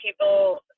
people